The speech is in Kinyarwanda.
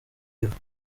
ivan